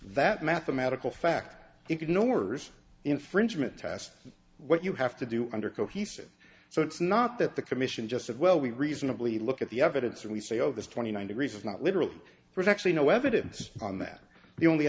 that mathematical fact ignores infringement tests what you have to do under cohesive so it's not that the commission just said well we reasonably look at the evidence and we say oh this twenty one degrees is not literal there's actually no evidence on that the only